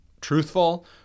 truthful